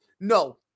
No